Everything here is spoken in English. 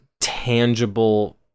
tangible